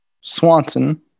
Swanson